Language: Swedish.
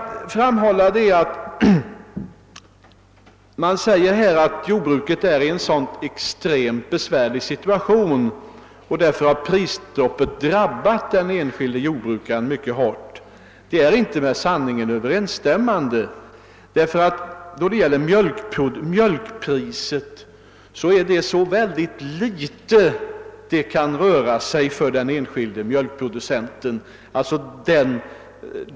Man säger att jordbruket befinner sig i en extremt besvärlig situation och att prisstoppet därför har drabbat den enskilde jordbrukaren mycket hårt. Det är inte med sanningen överensstämmande. Det är mycket litet det kan röra sig om för den enskilde producenten av mjölk.